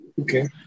Okay